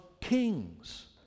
kings